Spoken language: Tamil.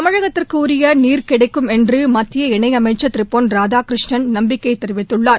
தமிழகத்திற்கு உரிய நீர் கிடைக்கும் என்று மத்திய இணை அமைச்ச்திரு பொன் ராதாகிருஷ்ணன் நம்பிக்கை தெரிவித்துள்ளார்